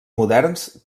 moderns